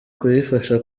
kuyifasha